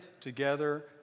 together